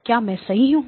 क्या मैं सही हूं